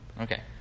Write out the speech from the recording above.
Okay